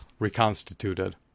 reconstituted